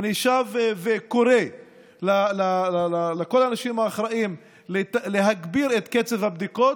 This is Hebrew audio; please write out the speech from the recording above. אני שב וקורא לכל האנשים האחראים להגביר את קצב הבדיקות.